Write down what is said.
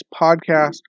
podcast